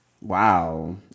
Wow